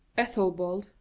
ethelbald,